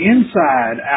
Inside